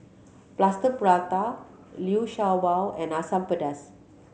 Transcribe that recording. Plaster Prata Liu Sha Bao and Asam Pedas